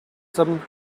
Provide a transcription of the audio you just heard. some